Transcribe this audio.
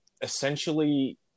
essentially